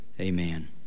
amen